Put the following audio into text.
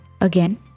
Again